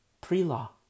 Pre-law